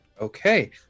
Okay